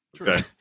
Okay